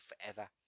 forever